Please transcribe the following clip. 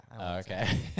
Okay